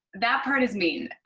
that part is mean.